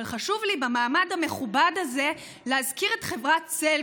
אבל חשוב לי במעמד המכובד הזה להזכיר את חברת סלקום,